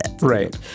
Right